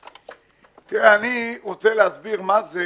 תראה, אני רוצה להסביר מה זה